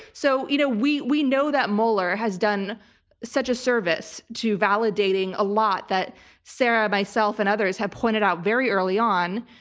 so you know we we know that mueller has done such a service to validating a lot that sarah, myself, and others have pointed out very early on,